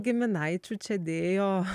giminaičių čia dėjo